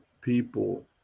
people